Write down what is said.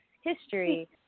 history